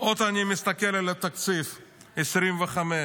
עוד אני מסתכל על תקציב 2025,